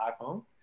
iPhone